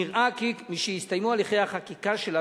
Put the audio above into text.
נראה כי כשיסתיימו הליכי החקיקה שלה,